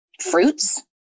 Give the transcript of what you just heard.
fruits